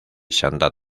santa